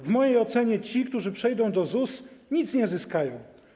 W mojej ocenie ci, którzy przejdą do ZUS, nic nie zyskają.